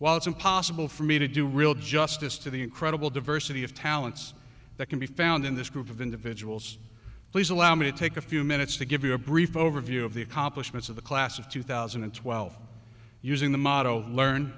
while it's impossible for me to do justice to the incredible diversity of talents that can be found in this group of individuals please allow me to take a few minutes to give you a brief overview of the accomplishments of the class of two thousand and twelve using the motto learn